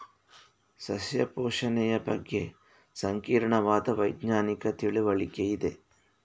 ಸಸ್ಯ ಪೋಷಣೆಯ ಬಗ್ಗೆ ಸಂಕೀರ್ಣವಾದ ವೈಜ್ಞಾನಿಕ ತಿಳುವಳಿಕೆ ಇದೆ